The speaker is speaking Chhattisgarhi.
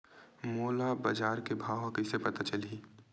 मोला बजार के भाव ह कइसे पता चलही?